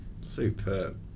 Superb